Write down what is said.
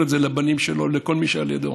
את זה לבנים שלו ולכל מי שהיה לידו.